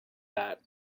that